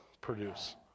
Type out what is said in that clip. produce